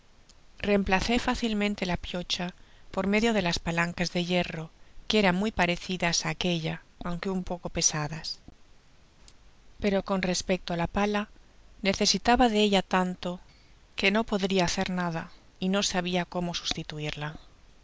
reemplacé fácilmente ja piocha por medio de las palancas de hierro que eran muy parecidas á aquella aunque un poco pesadas pero con respecto á la pala necesitaba de ella tanto que no podria hacer nada y no sabia como sustituirla